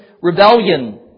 rebellion